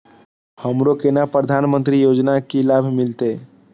हमरो केना प्रधानमंत्री योजना की लाभ मिलते?